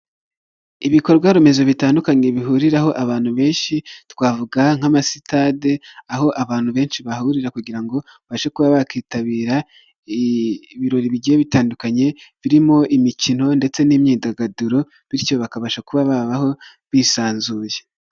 Ibikorwaremezo bitandukanye bihuriraho abantu benshi, twavuga nk'amasitade, aho abantu benshi bahahurira kugira ngo, babashe kuba bakitabira, ibirori bigiye bitandukanye, birimo imikino ndetse n'imyidagaduro, bityo bakabasha kuba babaho, bisanzuye.